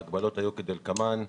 ההגבלות היו כדלקמן: